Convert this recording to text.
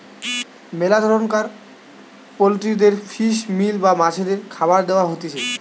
মেলা ধরণকার পোল্ট্রিদের ফিশ মিল বা মাছের খাবার দেয়া হতিছে